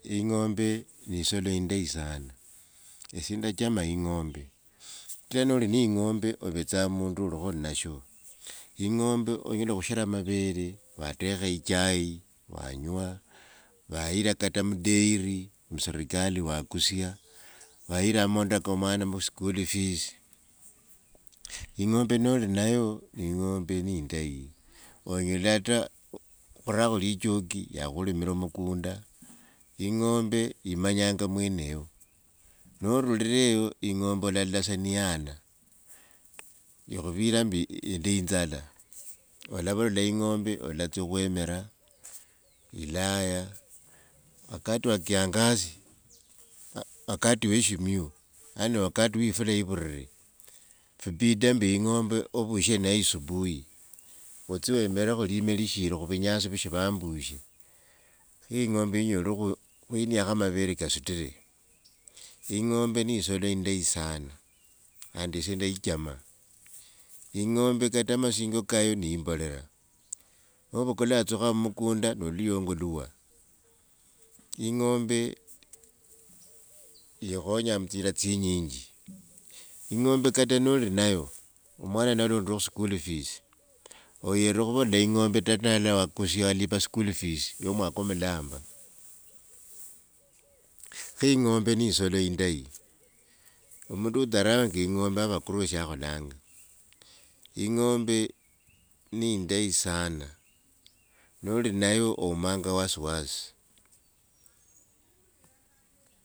Ing'ombe ni isolo indayi sana. Esye ndachama ing'ombe. Tena noli ni ing'ombe ovetsa mundu ovetsaa mundu olikho nasho. ing'ombe onyela khushera mavere watekha i chai wanywa, wayira kata mu dairy musirikali wakusya, wayira mangondo ko mwana iskulu e fees. Ing'ombe noli nayo, ing'ombe ne indayi. Onyela hata khurakho lichoki yakhulimira mukunda. Ing'ombe imanyanga mweneyo, norulila eyo ing'ombe olalola sa ni yana. Ekhuvira imbi ndi inzala, olavolola ing'ombe olatsia khwimira ilaya wakati wa kiangazi, wakati we shimiyu ani wakati we ifula ivirre fupida mbi ing'ombe ovushe nayo isubui, otsie ohemerekho lime lishiri khu vunyasi vushivambushe, khe ingombe inyolekho khuiniakho mavere kasitre. Ing'ombe ne isolo indayi sana, khandi isye ndaichama. Ing'ombe kata masingo kayo ni imbolera, novukula watsukha mukunda no luyongo luwa. Ingombe ikhonya mu tsira tsinyinji. Ing'ombe kata noli nayo, omwana nalondirwa khu school fees oyera khuvolola tata welewa wakusya walipa school fees yo mwaka mulamba, khe ing'ombe ni isolo indayi. Omundu udharawanga ing'ombe ava akorwa sha akholanga. ing'ombe ni indayi sana. Noli nayo oumanga wasiwasi.